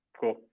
Cool